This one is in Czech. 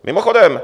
Mimochodem